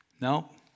No